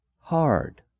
hard